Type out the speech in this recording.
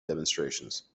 demonstrations